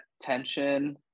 tension